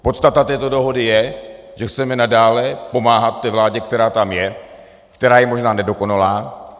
Podstata této dohody je, že chceme nadále pomáhat té vládě, která tam je, která je možná nedokonalá.